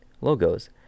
logos